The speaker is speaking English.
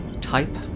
Type